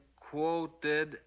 quoted